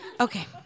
Okay